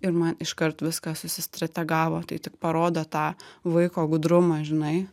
ir man iškart viskas susistrategavo tai tik parodo tą vaiko gudrumą žinai